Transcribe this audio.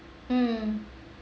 mm